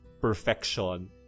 perfection